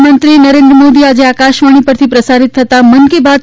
પ્રધાનમંત્રી મોદી આજે આકાશવાણી પરથી પ્રસારીત થતા મન કી બાત